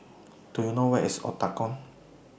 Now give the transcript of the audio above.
Do YOU know Where IS The Octagon